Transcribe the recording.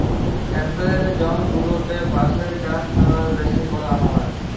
temperate zone গুলাতে বাঁশের চাষ ম্যালা বেশি ক্যরে হ্যয়